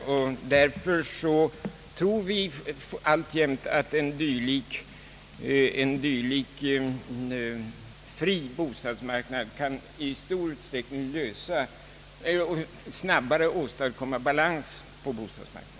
Därför tror vi alltjämt, att en dylik fri bostadsmarknad i stor utsträckning snabbare kan åstadkomma balans på bostadsmarknaden.